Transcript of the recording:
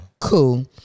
Cool